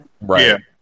right